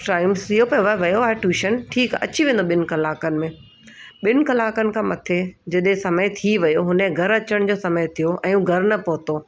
Times थी वियो अथव वियो आहे ट्यूशन ठीकु आहे अची वेंदो ॿिनि कलाकनि में ॿिनि कलाकनि खां मथे जॾहिं समय थी वियो हुन जे घर अचण जो समय थियो ऐं हू घर न पहुतो